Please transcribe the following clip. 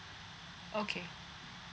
okay